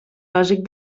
bàsic